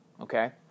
okay